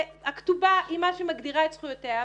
והכתובה היא מה שמגדירה את זכויותיה.